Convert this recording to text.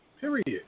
Period